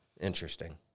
Interesting